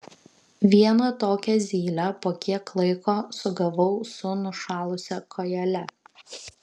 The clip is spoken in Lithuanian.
vieną tokią zylę po kiek laiko sugavau su nušalusia kojele